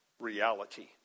reality